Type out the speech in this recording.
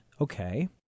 okay